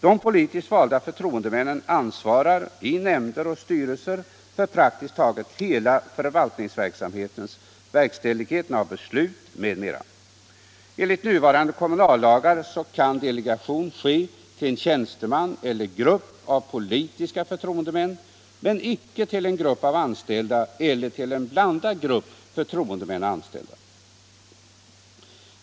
De politiskt valda förtroendemännen ansvarar i nämnder och styrelser för praktiskt taget hela förvaltningsverksamheten — verkställigheten av beslut m.m. Enligt nuvarande kommunallagar kan delegation ske till en tjänsteman eller grupp av politiska förtroendemän men icke till grupp av anställda eller till blandad grupp förtroendemän och anställda.